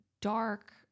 dark